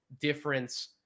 difference